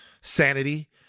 sanity